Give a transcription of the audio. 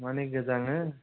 मानि गोजांङो